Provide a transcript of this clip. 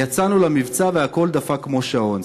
יצאנו למבצע והכול דפק כמו שעון.